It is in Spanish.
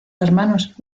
hermanos